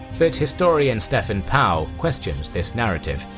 but historian stephen pow questions this narrative.